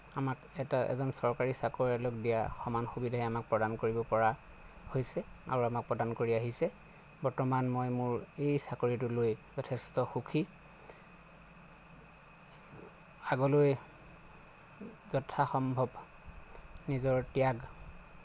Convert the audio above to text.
আমাক এটা এজন চৰকাৰী চাকৰীয়ালক দিয়াৰ সমান সুবিধাই আমাক প্ৰদান কৰিব পৰা হৈছে আৰু আমাক প্ৰদান কৰি আহিছে বৰ্তমান মই মোৰ এই চাকৰিটো লৈ যথেষ্ট সুখী আগলৈ যথাসম্ভৱ নিজৰ ত্যাগ